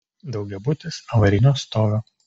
daugiabutis avarinio stovio